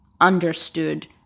understood